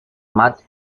matt